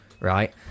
Right